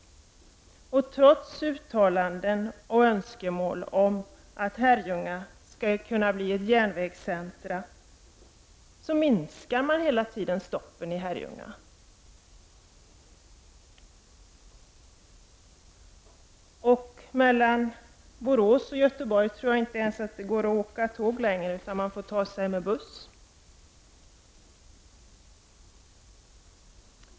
Trots uttalanden och önskemål om att Herrljunga skall kunna bli ett järnvägscentrum, minskar man hela tiden stoppen i Herrljunga. Och mellan Borås och Göteborg tror jag inte att det ens går att åka tåg längre, utan man får ta sig fram med buss.